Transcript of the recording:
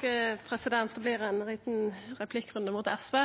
Det vert ein liten replikkrunde mot SV,